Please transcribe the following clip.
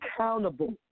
accountable